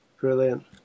Brilliant